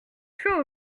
chaud